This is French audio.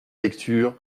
lecture